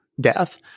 death